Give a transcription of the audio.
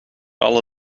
alle